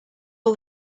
all